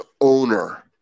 owner